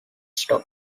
stop